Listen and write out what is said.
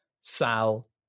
Sal